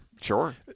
Sure